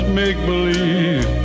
make-believe